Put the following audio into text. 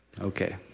Okay